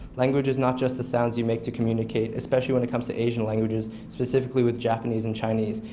language is not just the sounds you make to communicate, especially when it comes to asian languages specifically with japanese and chinese.